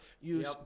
use